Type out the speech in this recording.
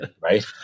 Right